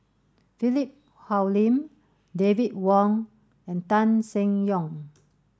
Philip Hoalim David Wong and Tan Seng Yong